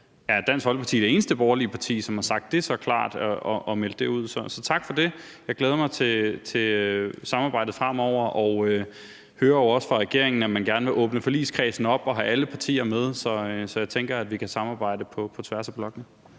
er Dansk Folkeparti det eneste borgerlige parti, som har sagt det så klart og meldt det ud. Så tak for det. Jeg glæder mig til samarbejdet fremover og hører jo også fra regeringen, at man gerne vil åbne forligskredsen op og have alle partier med, så jeg tænker, at vi kan samarbejde på tværs af blokkene.